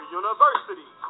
university